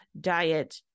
diet